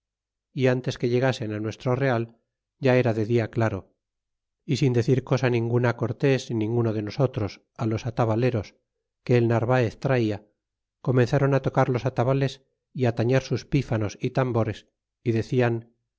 cortes ntes que llegasen nuestro real ya era de y dia claro y sin decir cosa ninguna cortes ni ninguno de nosotros los atabaleros que el narvaez traia comenzaron tocar los atabales y tañer sus pífanos y tambores y decian